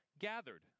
gathered